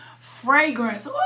fragrance